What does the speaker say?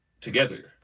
together